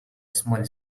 small